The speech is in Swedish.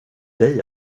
dig